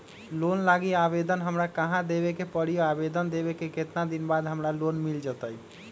Loan लागी आवेदन हमरा कहां देवे के पड़ी और आवेदन देवे के केतना दिन बाद हमरा लोन मिल जतई?